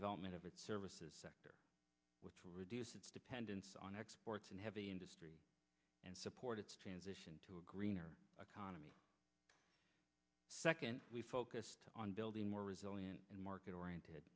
development of its services sector which will reduce its dependence on exports and heavy industry and support its transition to a greener autonomy second we focused on building more resilient and market oriented